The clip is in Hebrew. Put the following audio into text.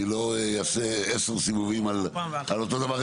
אני לא אעשה עשרה סיבובים על אותו דבר.